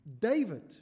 David